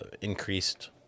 increased